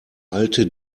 alte